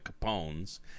Capone's